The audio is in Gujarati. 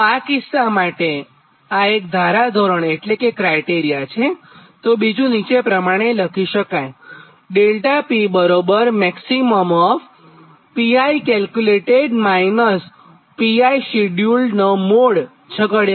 તો આ કિસ્સા માટે આ એક ધારધોરણ એટલે કે ક્રાયટેરિયા છે બીજું નીચે પ્રમાણે લખી શકાય